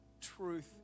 truth